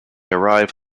arrive